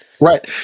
Right